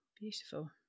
Beautiful